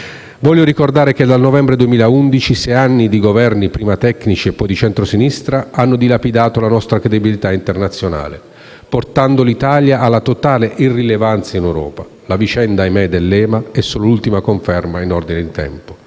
deciso altrove. Dal novembre 2011, sei anni di Governi, prima tecnici e poi di centrosinistra, hanno dilapidato la nostra credibilità internazionale e portato l'Italia alla totale irrilevanza in Europa. La vicenda dell'EMA è solo l'ultima conferma in ordine di tempo.